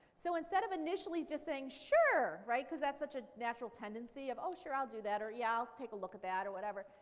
so instead of initially just saying sure, right, because that's the ah natural tendency of oh, sure, i'll do that or, yeah, i'll take a look at that or whatever.